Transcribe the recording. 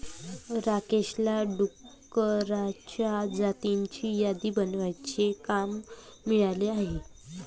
राकेशला डुकरांच्या जातींची यादी बनवण्याचे काम मिळाले आहे